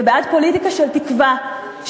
ובעד פוליטיקה של תקווה,